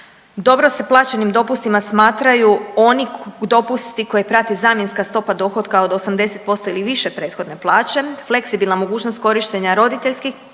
Dobro se plaćenim dopustima smatraju oni dopusti koje prati zamjenska stopa dohotka od 80% ili više prethodne plaće, fleksibilna mogućnost korištenja roditeljskih